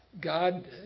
God